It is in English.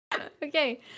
okay